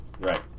Right